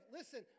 Listen